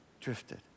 Drifted